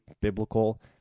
biblical